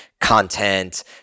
content